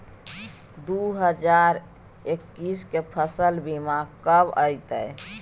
दु हजार एक्कीस के फसल बीमा कब अयतै?